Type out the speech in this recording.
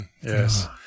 Yes